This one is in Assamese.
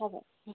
হ'ব